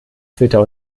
twitter